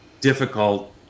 difficult